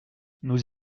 nous